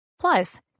Plus